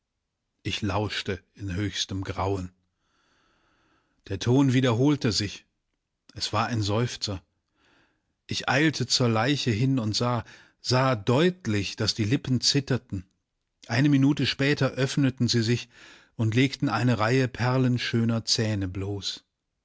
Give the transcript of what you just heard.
ich lauschte in höchstem grauen der ton wiederholte sich es war ein seufzer ich eilte zur leiche hin und sah sah deutlich daß die lippen zitterten eine minute später öffneten sie sich und legten eine reihe perlenschöner zähne bloß